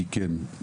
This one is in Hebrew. כי כן,